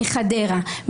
מחדרה,